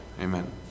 amen